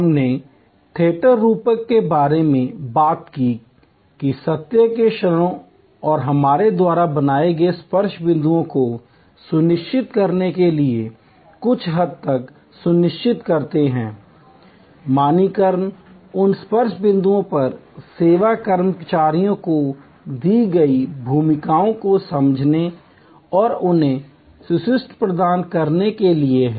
हमने थिएटर रूपक के बारे में बात की कि सत्य के क्षणों और हमारे द्वारा बनाए गए स्पर्श बिंदु को सुनिश्चित करने के लिए कुछ हद तक सुनिश्चित करते हैं मानकीकरण उन स्पर्श बिंदुओं पर सेवा कर्मचारियों को दी गई भूमिकाओं को समझने और उन्हें स्क्रिप्ट प्रदान करने के लिए है